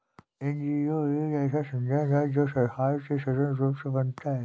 NGO एक ऐसा संगठन है जो सरकार से स्वतंत्र रूप से बनता है